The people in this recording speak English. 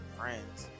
friends